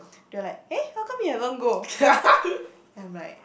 they were like eh how come you haven't go I'm like